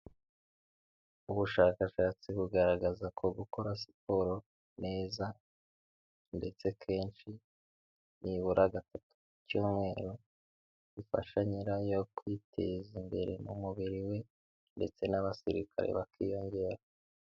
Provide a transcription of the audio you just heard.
Ubushakashatsi bugaragaza ko gukora siporo neza, ndetse kenshi, nibura gatatu mu cyumweru, bifasha nyirayo kwiteza imbere mu mubiri we, ndetse n'abasirikare bakiyongera.